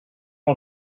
amb